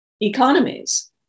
economies